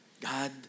God